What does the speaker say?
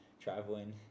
traveling